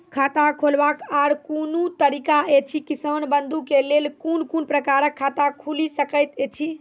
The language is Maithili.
खाता खोलवाक आर कूनू तरीका ऐछि, किसान बंधु के लेल कून कून प्रकारक खाता खूलि सकैत ऐछि?